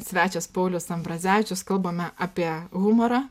svečias paulius ambrazevičius kalbame apie humorą